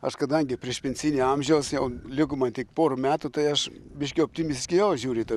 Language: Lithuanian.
aš kadangi priešpensinio amžiaus jau liko man tik po metų tai aš biškį optimistiškiau žiūriu į tą